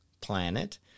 planet